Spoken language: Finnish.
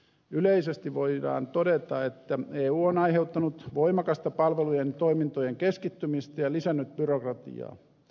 yleisesti voidaan todeta että eu on aiheuttanut voimakasta palvelujen ja toimintojen keskittymistä ja lisännyt byrokratiaa